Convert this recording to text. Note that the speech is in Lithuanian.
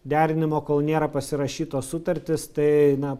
derinimo kol nėra pasirašytos sutartys tai na